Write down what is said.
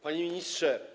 Panie Ministrze!